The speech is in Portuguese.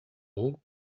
longo